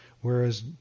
whereas